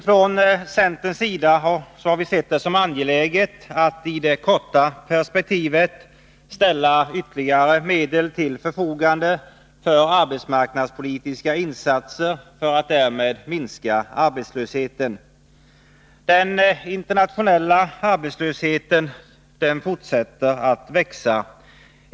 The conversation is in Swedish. Från centerns sida har vi sett det som angeläget att i det korta perspektivet ställa ytterligare medel till förfogande för arbetsmarknadspolitiska insatser för att därmed minska arbetslösheten. Den internationella arbetslösheten fortsätter att växa.